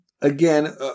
again